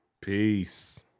peace